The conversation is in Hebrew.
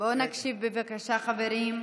--- בואו נקשיב, בבקשה, חברים.